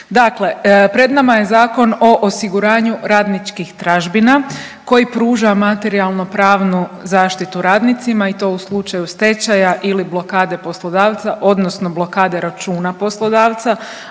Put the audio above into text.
Dakle, pred nama je Zakon o osiguranju radničkih tražbina koji pruža materijalnopravnu zaštitu radnicima i to u slučaju stečaja ili blokade poslodavca, odnosno blokade računa poslodavca,